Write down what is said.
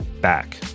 back